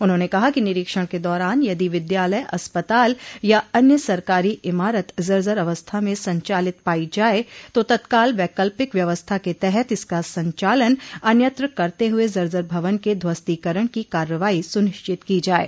उन्होंने कहा कि निरीक्षण के दौरान यदि विद्यालय अस्पताल या अन्य सरकारी इमारत जर्जर अवस्था में संचालित पाई जाये तो तत्काल वैकल्पिक व्यवस्था के तहत इसका संचालन अनयंत्र करते हुए जर्जर भवन के ध्वस्तीकरण की कार्रवाई सुनिश्चित की जाये